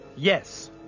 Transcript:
yes